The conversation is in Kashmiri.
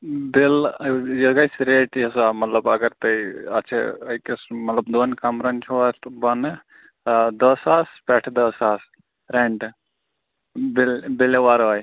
بِل ٲں یہِ گژھہِ ریٹہٕ حِساب مطلب اگر تُہۍ اَتھ چھِ أکِس مطلب دۄن کمرَن چھُو اَتھ بۄنہٕ ٲں دَہ ساس پٮ۪ٹھہٕ دَہ ساس ریٚنٹہٕ بِل بلہِ وَرٲے